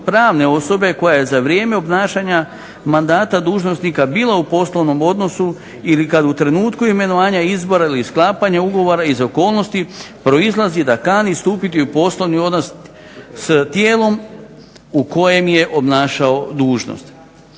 pravne osobe koja je za vrijeme obnašanja dužnosnika bila u poslovnom odnosu ili kada u trenutku imenovanja izbora ili sklapanja ugovora iz okolnosti proizlazi da kani stupiti u poslovni odnos s tijelom u kojem je obnašao dužnost.